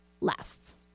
lasts